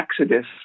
exodus